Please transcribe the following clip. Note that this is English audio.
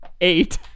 Eight